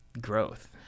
growth